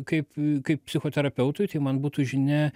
kaip kaip psichoterapeutui tai man būtų žinia